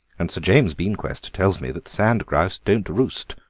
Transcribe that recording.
and sir james beanquest tells me that sand-grouse don't roost,